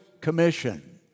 Commission